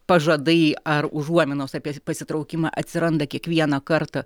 pažadai ar užuominos apie pasitraukimą atsiranda kiekvieną kartą